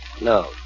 No